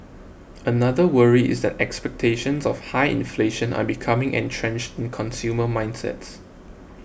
another worry is that expectations of high inflation are becoming entrenched in consumer mindsets